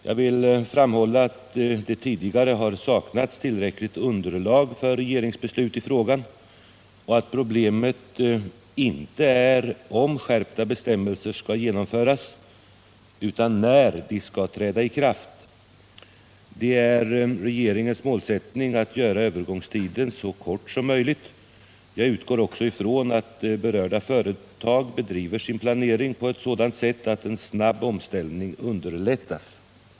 Jag vill framhålla att det tidigare saknats tillräckligt underlag för regeringsbeslut i frågan och att problemet inte är om skärpta bestämmelser skall genomföras utan när de skall kunna träda i kraft. Det är regeringens målsättning att göra övergångstiden så kort som möjligt. Jag utgår också från att berörda företag bedriver sin planering på ett sådant sätt att en snabb omställning underlättas.